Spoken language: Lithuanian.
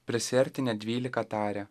prisiartinę dvylika tarė